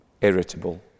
irritable